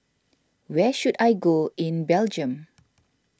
where should I go in Belgium